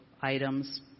items